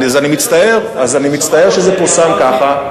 אז אני מצטער שזה פורסם ככה.